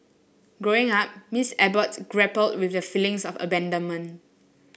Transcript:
Growing Up Miss Abbott grappled with a feelings of abandonment